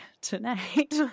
tonight